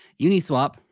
Uniswap